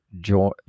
join